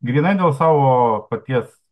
grynai dėl savo paties